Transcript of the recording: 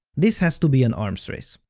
this has to be an arms race.